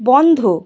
বন্ধ